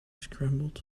scrambled